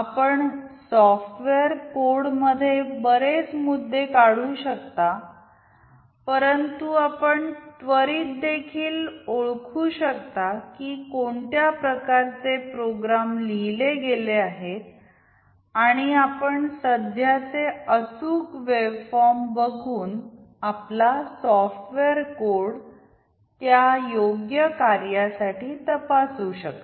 आपण सॉफ्टवेअर कोडमध्ये बरेच मुद्दे काढू शकता परंतु आपण त्वरित देखील ओळखु शकता की कोणत्या प्रकारचे प्रोग्राम लिहिले गेले आहेत आणि आपण सध्याचे अचुक वेव्ह फॉर्म बघून आपला सॉफ्टवेअर कोड त्या योग्य कार्यासाठी तपासू शकता